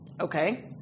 Okay